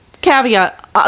caveat